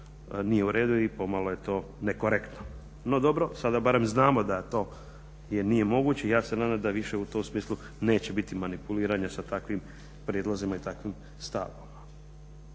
nije u redu i pomalo je to nekorektno. No dobro, sada barem znamo da to nije moguće i ja se nadam da više u tom smislu neće biti manipuliranja sa takvim prijedlozima i takvim stavovima.